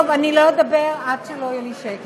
טוב, אני לא אדבר עד שלא יהיה שקט.